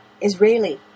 Israeli